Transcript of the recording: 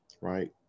right